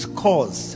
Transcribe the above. cause